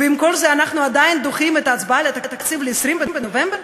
ועם כל זה אנחנו עדיין דוחים את ההצבעה על התקציב ל-20 בנובמבר?